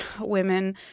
women